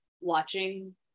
watching